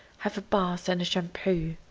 have a bath and a shampoo,